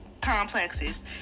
complexes